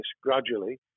gradually